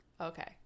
Okay